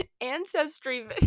ancestry